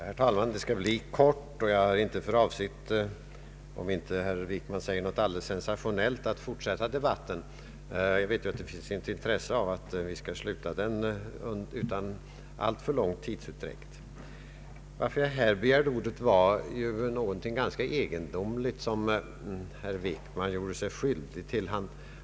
Herr talman! Jag skall fatta mig kort. Om inte herr Wickman säger något alldeles sensationellt har jag inte för avsikt att fortsätta debatten. Jag vet att det finns intresse för att vi skall sluta den utan alltför lång tidsutdräkt. Anledningen till att jag här begärde ordet var något ganska egendomligt som herr Wickman gjorde sig skyldig till.